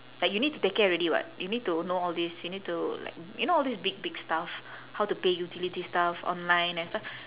like you need to take care already [what] you need to know all this you need to like you know all these big big stuff how to pay utility stuff online and stuff